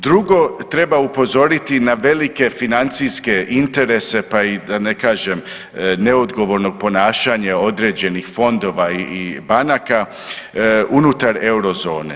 Drugo, treba upozoriti na velike financijske interese, pa i da ne kažem, neodgovorno ponašanje određenih fondova i banaka unutar Eurozone.